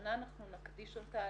בעקבות זה אנחנו קיבלנו הנחיה מהמשנה